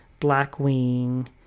blackwing